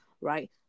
right